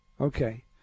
Okay